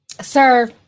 Sir